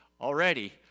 Already